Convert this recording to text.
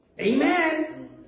Amen